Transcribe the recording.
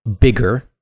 bigger